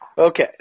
Okay